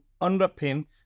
underpin